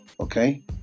okay